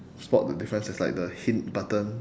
spot the difference there's like the hint button